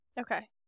Okay